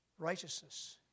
Righteousness